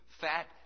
fat